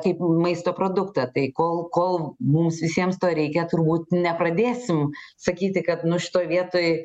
kaip maisto produktą tai kol kol mums visiems to reikia turbūt nepradėsim sakyti kad nu šitoj vietoj